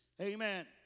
amen